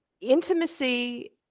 intimacy